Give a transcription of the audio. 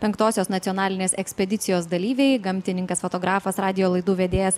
penktosios nacionalinės ekspedicijos dalyviai gamtininkas fotografas radijo laidų vedėjas